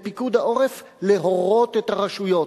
לפיקוד העורף להורות את הרשויות,